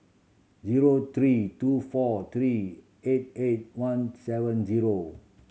zero three two four three eight eight one seven zero